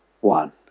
one